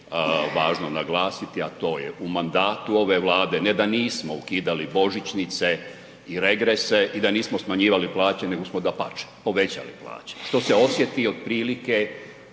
važno naglasiti a to je u mandatu ove Vlade ne da nismo ukidali božićnice i regrese i da nismo smanjivali plaće nego smo dapače povećali plaće što se osjeti otprilike,